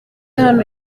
hano